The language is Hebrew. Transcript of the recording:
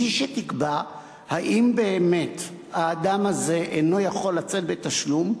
והיא שתקבע אם באמת האדם הזה אינו יכול לשאת בתשלום,